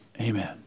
Amen